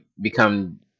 Become